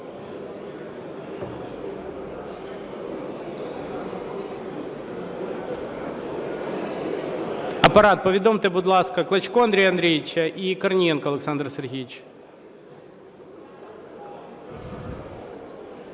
Апарат, повідомте, будь ласка, Клочка Андрія Андрійовича і Корнієнка Олександра Сергійовича.